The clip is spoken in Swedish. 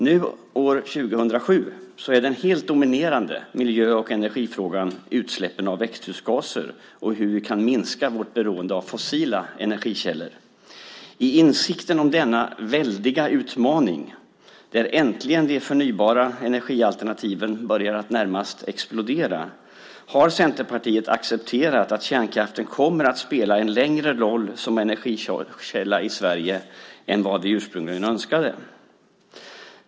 Nu år 2007 är den helt dominerande miljö och energifrågan utsläppen av växthusgaser och hur vi kan minska vårt beroende av fossila energikällor. I insikten om denna väldiga utmaning - där äntligen de förnybara energialternativen börjar närmast explodera - har Centerpartiet accepterat att kärnkraften kommer att spela en längre roll som energikälla i Sverige än vad vi ursprungligen önskade.